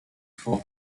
for